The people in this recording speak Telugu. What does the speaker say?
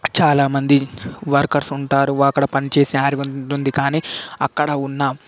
చాలా మంది వర్కర్స్ ఉంటారు అక్కడ పని చేసే ఆర్మీ ఉంటుంది కానీ అక్కడ ఉన్న